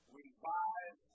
revive